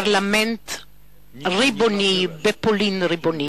בסיים ריבוני, בפולין ריבונית.